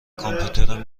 کامپیوترم